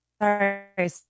sorry